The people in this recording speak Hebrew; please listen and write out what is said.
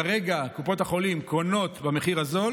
כרגע קופות החולים קונות במחיר הזול